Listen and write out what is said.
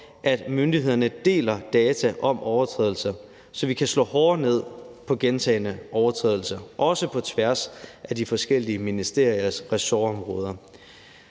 at myndighederne deler data om overtrædelser, så vi kan slå hårdere ned ved gentagne overtrædelser, også på tværs af de forskellige ministeriers ressortområder.